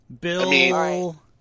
Bill